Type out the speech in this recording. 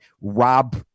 Rob